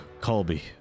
Colby